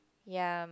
Yum